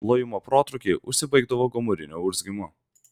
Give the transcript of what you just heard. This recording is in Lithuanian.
lojimo protrūkiai užsibaigdavo gomuriniu urzgimu